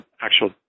actual